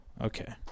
Okay